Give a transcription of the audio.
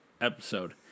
episode